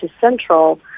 Central